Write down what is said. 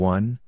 one